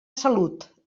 salut